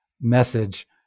message